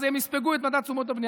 אז הם יספגו את מדד תשומות הבנייה,